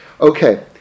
Okay